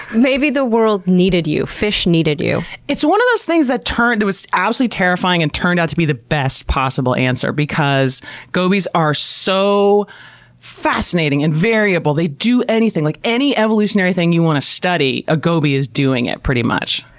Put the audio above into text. maybe the world needed you. fish needed you. it's one of those things that was absolutely terrifying and turned out to be the best possible answer because gobies are so fascinating and variable. they do anything. like any evolutionary thing you want to study, a goby is doing it, pretty much.